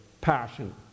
passion